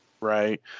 Right